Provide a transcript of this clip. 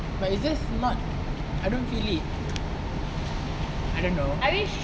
but is this not I don't feel it I don't know